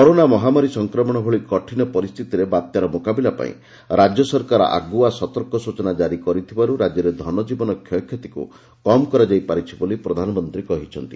corona ମହାମାରୀ ସଂକ୍ରମଣ ଭଳି କଠିନ ପରିସ୍ଥିତିରେ ବାତ୍ୟାର ମୁକାବିଲା ପାଇଁ ରାଜ୍ୟ ସରକାର ଆଗୁଆ ସତର୍କ ସ୍କଚନା କାରି କରିଥିବାର୍ତ ରାଜ୍ୟରେ ଧନକୀବନ କ୍ଷୟକ୍ଷତିକୁ କମ୍ କରାଯାଇ ପାରିଛି ବୋଲି ପ୍ରଧାନମନ୍ତ୍ରୀ କହିଛନ୍ତି